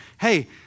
Hey